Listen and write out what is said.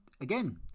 Again